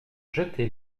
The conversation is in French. jeté